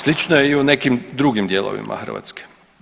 Slično je i u nekim drugim dijelovima Hrvatske.